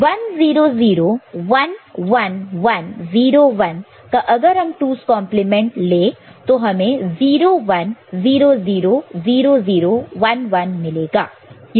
1 0 0 1 1 1 0 1 का अगर हम 2's कंप्लीमेंट 2's complement ले तो हमें 0 1 0 0 0 0 1 1 मिलेगा